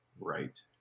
Right